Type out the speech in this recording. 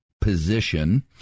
position